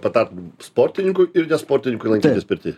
patapo sportininkų ir sportininkui lankytis pirtyje